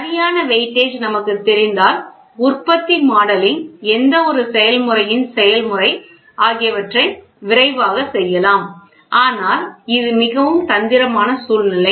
சரியான வெயிட்டேஜ் நமக்குத் தெரிந்தால் உற்பத்தி மாடலிங் எந்தவொரு செயல்முறையின் செயல்முறை ஆகியவற்றை விரைவாகச் செய்யலாம் ஆனால் இது மிகவும் தந்திரமான சூழ்நிலை